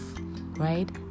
right